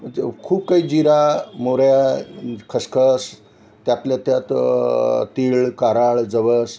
ते खूप काही जिरा मोहऱ्या खसखस त्यातल्या त्यात तिळ कारळं जवस